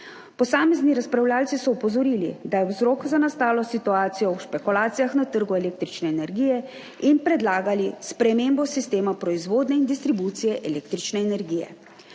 Posamezni razpravljavci so opozorili, da je vzrok za nastalo situacijo v špekulacijah na trgu električne energije in predlagali spremembo sistema proizvodnje in distribucije električne energije.